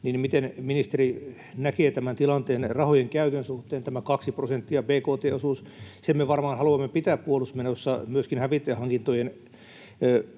miten ministeri näkee tilanteen rahojen käytön suhteen. Tämän kahden prosentin bkt-osuuden me varmaan haluamme pitää puolustusmenoissa myöskin hävittäjähankintojen